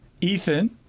Ethan